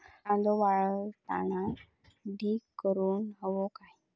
कांदो वाळवताना ढीग करून हवो काय?